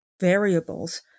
variables